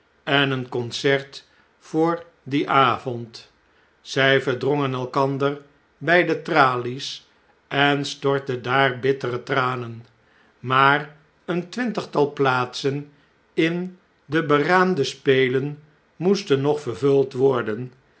en een concert voor dien avond zjj verdrongen elkander bij de tralies en stortten daar bittere tranen maar een twintigtal plaatsen in de beraamde spelen moesten nog vervuld worden